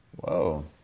Whoa